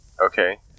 okay